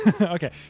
Okay